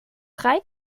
drei